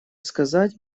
сказать